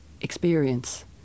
experience